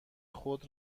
خود